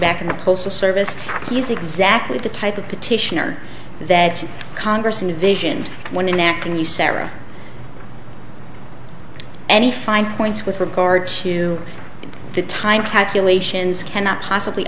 back in the postal service he's exactly the type of petitioner that congress and a vision and one in acting usera any fine points with regard to that time calculations cannot possibly